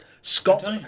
Scott